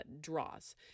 draws